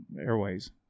airways